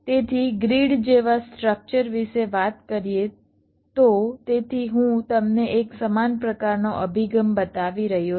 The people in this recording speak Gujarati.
તેથી ગ્રીડ જેવા સ્ટ્રક્ચર વિશે વાત કરીએ તો તેથી હું તમને એક સમાન પ્રકારનો અભિગમ બતાવી રહ્યો છું